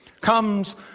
comes